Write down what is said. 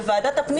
בוועדת הפנים.